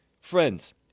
friends